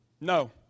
No